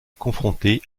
confronté